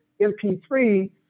MP3